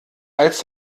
als